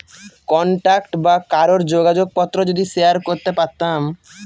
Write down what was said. contact বা কারোর যোগাযোগ পত্র যদি শেয়ার করতে পারতাম